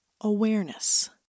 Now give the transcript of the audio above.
awareness